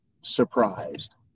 surprised